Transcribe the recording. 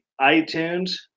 iTunes